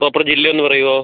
proper ജില്ല ഒന്ന് പറയാമോ